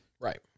Right